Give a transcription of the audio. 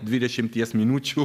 dvidešimties minučių